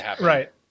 Right